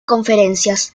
conferencias